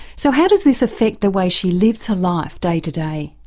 so how does this affect the way she lives her life day to day?